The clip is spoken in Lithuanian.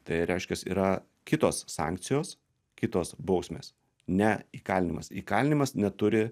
tai reiškias yra kitos sankcijos kitos bausmės ne įkalinimas įkalinimas neturi